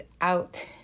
out